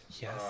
Yes